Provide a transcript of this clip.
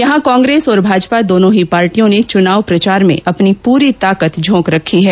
यहां कांग्रेस और भाजपा दोनो ही पार्टियों ने चुनाव प्रचार में ॅअपनी पूरी ताकत झोंक रखी है